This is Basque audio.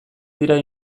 dira